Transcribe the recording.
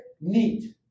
neat